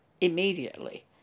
immediately